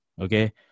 okay